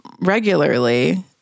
regularly